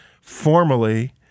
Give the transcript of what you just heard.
formally—